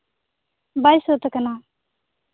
ᱵᱟᱭ ᱥᱟᱹᱛ ᱠᱟᱱᱟ